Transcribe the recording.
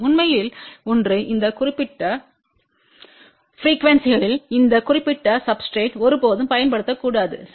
உண்மையில் ஒன்று இந்த குறிப்பிட்ட ப்ரிக்யூவென்ஸிணில் இந்த குறிப்பிட்ட சப்ஸ்டிரேட்றை ஒருபோதும் பயன்படுத்தக்கூடாது சரி